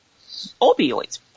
opioids